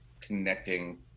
connecting